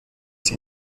sie